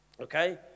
okay